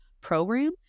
program